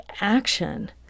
action